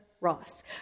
Ross